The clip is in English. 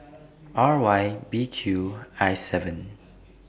R Y B Q I seven